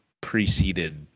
preceded